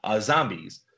zombies